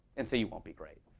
and so you won't be great.